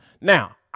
Now